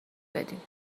بدین